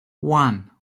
one